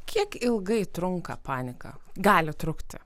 kiek ilgai trunka panika gali trukti